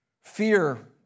Fear